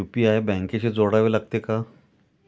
UPI बँकेशी जोडावे लागते का?